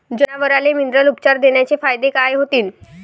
जनावराले मिनरल उपचार देण्याचे फायदे काय होतीन?